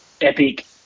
epic